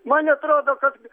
man atrodo kad